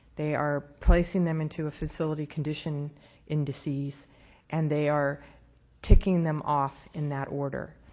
they are placing them into a facility condition indices and they are ticking them off in that order.